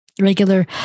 regular